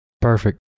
Perfect